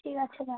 ঠিক আছে রাখ